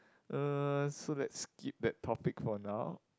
uh so let's keep that topic for now